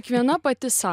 kiekviena pati sau